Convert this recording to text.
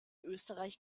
österreich